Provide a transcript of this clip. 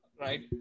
right